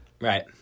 Right